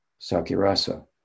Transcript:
sakirasa